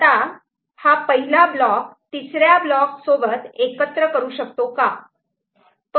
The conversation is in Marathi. आता हा पहिला ब्लॉक तिसऱ्या ब्लॉक सोबत एकत्र करू शकतो का